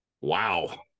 wow